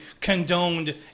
condoned